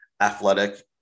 athletic